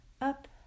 up